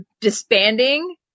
disbanding